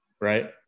Right